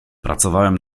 pracowałem